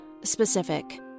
specific